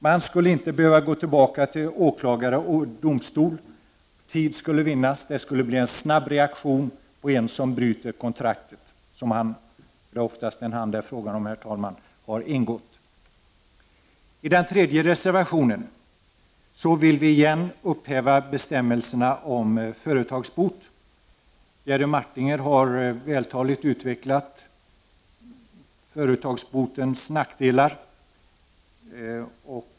Man skulle inte behöva gå tillbaka till åklagare och domstol, tid skulle vinnas, och det skulle bli en snabb reaktion mot den som bryter det kontrakt som han — det är oftast fråga om en han — har ingått. I den tredje reservationen vill vi igen upphäva bestämmelserna om företagsbot. Jerry Martinger har vältaligt utvecklat företagsbotens nackdelar.